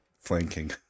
flanking